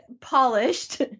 polished